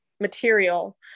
material